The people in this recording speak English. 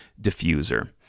diffuser